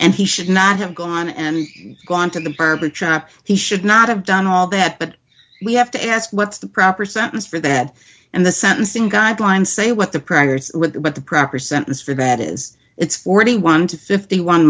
and he should not have gone and gone to the purple trap he should not have done all that but we have to ask what's the proper sentence for that and the sentencing guidelines say what the preggers with what the proper sentence for that is it's forty one to fifty one